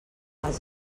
els